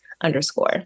underscore